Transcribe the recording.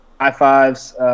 high-fives